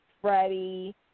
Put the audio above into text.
Freddie